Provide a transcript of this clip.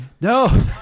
No